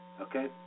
Okay